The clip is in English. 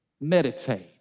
Meditate